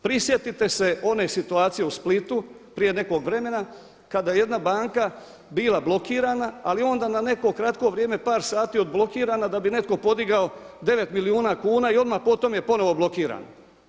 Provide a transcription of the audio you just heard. Prisjetite se one situacije u Splitu prije nekog vremena kada je jedna banka bila blokirana ali onda na neko kratko vrijeme par sati odblokirana da bi netko podigao 9 milijuna kuna i odmah potom je ponovno blokirana.